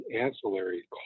ancillary